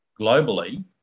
globally